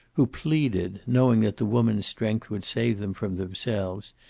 who pleaded, knowing that the woman's strength would save them from themselves,